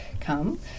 come